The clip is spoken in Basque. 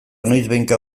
noizbehinka